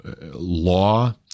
law